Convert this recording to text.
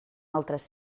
altres